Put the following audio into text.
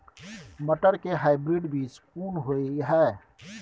मटर के हाइब्रिड बीज कोन होय है?